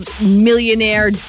millionaire